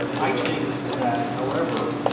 i think that, however,